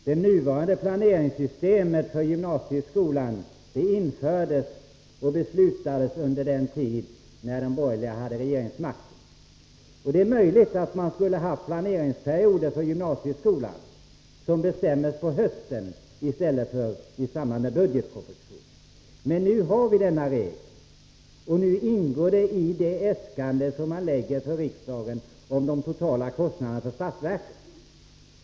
Det nuvarande planeringssystemet för gymnasieskolan, Larz Johansson, beslutades och infördes under den tid de borgerliga hade regeringsmakten. Det är möjligt att planeringsperioderna för gymnasieskolan skulle ha förlagts till hösten i stället för till den tidpunkt då budgetpropositionen behandlas. Men nu har vi denna regel, och nu ingår planeringen i det äskande man förelägger riksdagen gällande de totala kostnaderna för statsverket.